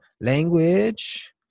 language